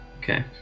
Okay